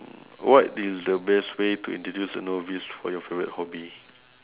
what is the best way to introduce a novice for your favourite hobby